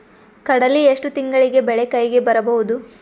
ಕಡಲಿ ಎಷ್ಟು ತಿಂಗಳಿಗೆ ಬೆಳೆ ಕೈಗೆ ಬರಬಹುದು?